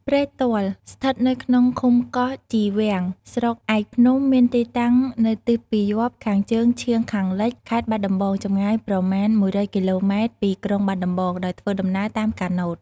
ព្រែកទាល់ស្ថិតនៅក្នុងឃុំកោះជីវាំងស្រុកឯកភ្នំមានទីតាំងនៅទិសពាយព្យ ខាងជើងឈៀងខាងលិច ខេត្តបាត់ដំបង ចម្ងាយប្រមាណ ១០០គីឡូម៉ែត្រពីក្រុងបាត់ដំបង ដោយធ្វើដំណើរតាមកាណូត។